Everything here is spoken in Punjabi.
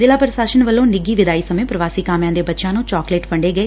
ਜ਼ਿਲੁਾ ਪ੍ਰਸਾਸ਼ਨ ਵੱਲੋ ਨਿੱਘੀ ਵਿਦਾਈ ਸਮੇ ਪ੍ਰਵਾਸੀ ਕਾਮਿਆ ਦੇ ਬੱਚਿਆ ਨੂੰ ਚੌਕਲੇਟ ਵੰਡੇ ਗਏ